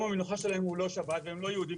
המנוחה שלהם הוא לא שבת והם לא יהודים,